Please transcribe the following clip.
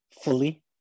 fully